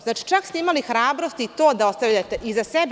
Znači, čak ste imali hrabrosti i to da ostavljate iza sebe.